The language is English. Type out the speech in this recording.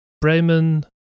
Bremen